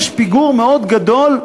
יש פיגור מאוד גדול,